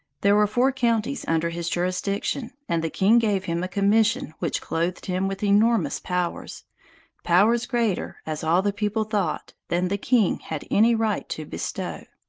there were four counties under his jurisdiction, and the king gave him a commission which clothed him with enormous powers powers greater, as all the people thought, than the king had any right to bestow.